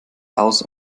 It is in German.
aus